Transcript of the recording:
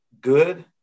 good